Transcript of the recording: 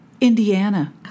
Indiana